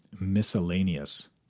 miscellaneous